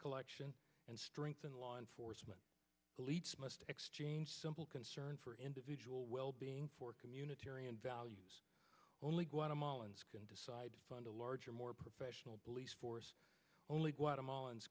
collection and strengthen law enforcement elites must exchange simple concern for individual wellbeing for communitarian values only guatemalans can decide to fund a larger more professional police force only guatemalans